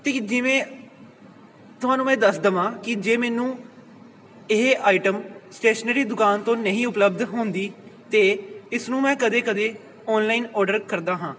ਅਤੇ ਜਿਵੇਂ ਤੁਹਾਨੂੰ ਮੈਂ ਦੱਸ ਦੇਵਾਂ ਕਿ ਜੇ ਮੈਨੂੰ ਇਹ ਆਈਟਮ ਸਟੇਸ਼ਨਰੀ ਦੁਕਾਨ ਤੋਂ ਨਹੀਂ ਉਪਲਬਧ ਹੁੰਦੀ ਤਾਂ ਇਸ ਨੂੰ ਮੈਂ ਕਦੇ ਕਦੇ ਔਨਲਾਈਨ ਔਡਰ ਕਰਦਾ ਹਾਂ